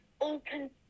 open